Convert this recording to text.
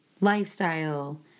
lifestyle